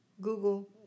Google